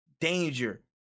danger